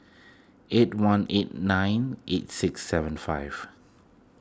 eight one eight nine eight six seven five